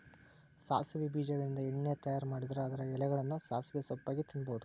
ಸಾಸವಿ ಬೇಜಗಳಿಂದ ಎಣ್ಣೆ ತಯಾರ್ ಮಾಡಿದ್ರ ಅದರ ಎಲೆಗಳನ್ನ ಸಾಸಿವೆ ಸೊಪ್ಪಾಗಿ ತಿನ್ನಬಹುದು